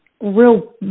real